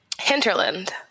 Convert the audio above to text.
hinterland